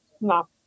no